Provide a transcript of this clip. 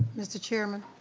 mr. chairman?